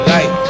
Light